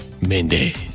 Mendes